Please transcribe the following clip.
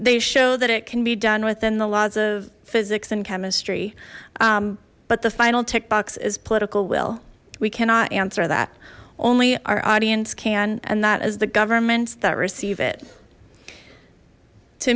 they show that it can be done within the laws of physics and chemistry but the final tick box is political will we cannot answer that only our audience can and that is the government that receive it to